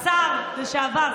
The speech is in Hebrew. השר לשעבר,